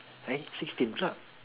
eh sixteen !huh!